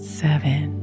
seven